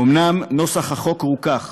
אומנם נוסח החוק רוכך,